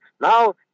Now